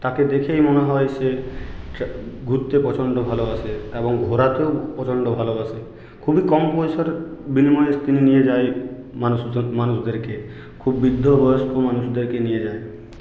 তাকে দেখেই মনে হয় সে ঘুরতে প্রচণ্ড ভালবাসে এবং ঘোরাতেও প্রচণ্ড ভালবাসে খুবই কম পয়সার বিনিময়ে তিনি নিয়ে যায় মানুষজন মানুষদেরকে খুব বৃদ্ধ বয়স্ক মানুষদেরকে নিয়ে যায়